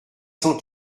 cent